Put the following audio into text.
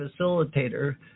facilitator